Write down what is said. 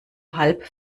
halb